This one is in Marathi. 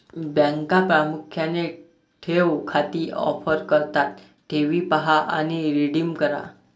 बँका प्रामुख्याने ठेव खाती ऑफर करतात ठेवी पहा आणि रिडीम करा